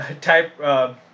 type